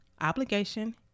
obligation